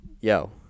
Yo